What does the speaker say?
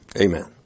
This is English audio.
Amen